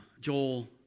Joel